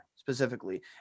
specifically